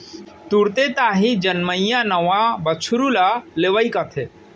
तुरते ताही जनमइया नवा बछरू ल लेवई कथें